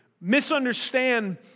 misunderstand